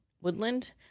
woodland